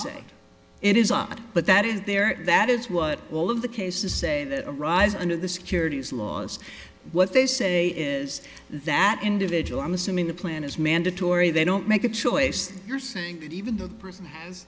say it is odd but that is there that is what all of the cases say that arise under the securities laws what they say is that individual i'm assuming the plan is mandatory they don't make a choice you're saying that even though the person has